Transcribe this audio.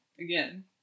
Again